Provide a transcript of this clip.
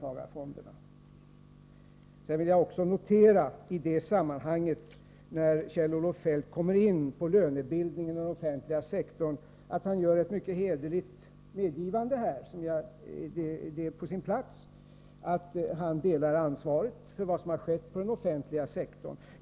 I sammanhanget noterar jag också att Kjell-Olof Feldt när han kom in på lönebildningen i den offentliga sektorn gjorde ett mycket hederligt medgi vande — det är på sin plats — av att han delar ansvaret för vad som har skett på den offentliga sektorn.